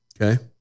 Okay